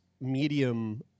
medium